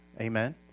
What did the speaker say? Amen